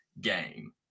game